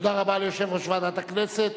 תודה רבה ליושב-ראש ועדת הכנסת.